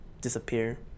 disappear